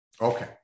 Okay